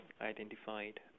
identified